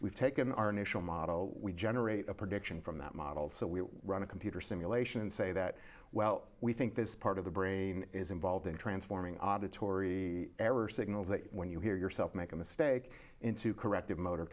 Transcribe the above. we've taken our initial model we generate a prediction from that model so we run a computer simulation and say that well i think this part of the brain is involved in transforming adda tori ever signals that when you hear yourself make a mistake into corrective motor